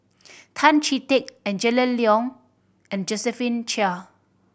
Tan Chee Teck Angela Liong and Josephine Chia